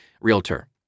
realtor